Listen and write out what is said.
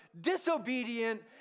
disobedient